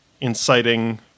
inciting